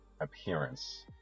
appearance